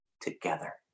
together